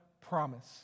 promise